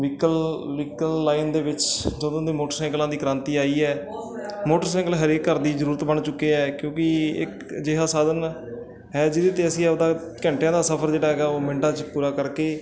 vehicle vehicle line ਦੇ ਵਿੱਚ ਜਦੋਂ ਦੇ ਮੋਟਰਸਾਈਕਲਾਂ ਦੀ ਕ੍ਰਾਂਤੀ ਆਈ ਹੈ ਮੋਟਰਸਾਇਕਲ ਹਰੇਕ ਘਰ ਦੀ ਜ਼ਰੂਰਤ ਬਣ ਚੁੱਕੇ ਹੈ ਕਿਉਂਕਿ ਇੱਕ ਅਜਿਹਾ ਸਾਧਨ ਹੈ ਜਿਹਦੇ 'ਤੇ ਅਸੀਂ ਆਪਦਾ ਘੰਟਿਆਂ ਦਾ ਸਫਰ ਜਿਹੜਾ ਹੈਗਾ ਉਹ ਮਿੰਟਾਂ 'ਚ ਪੂਰਾ ਕਰਕੇ